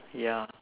ya